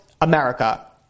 America